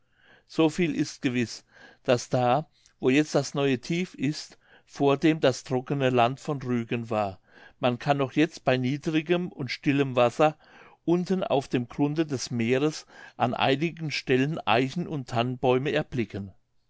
so viel ist gewiß daß da wo jetzt das neue tief ist vordem das trockne land von rügen war man kann noch jetzt bei niedrigem und stillem wasser unten auf dem grunde des meeres an einigen stellen eichen und tannenbäume erblicken